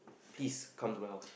please come to my house